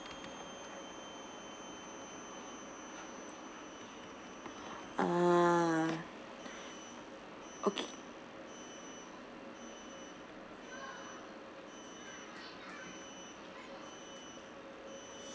ah okay